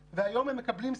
לעיוורים.